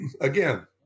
again